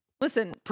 Listen